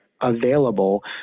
available